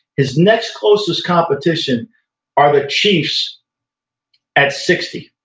his next closest competition are the chiefs at sixty.